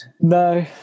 No